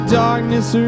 darkness